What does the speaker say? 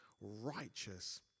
righteous